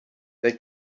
they